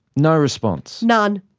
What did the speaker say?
no response? none.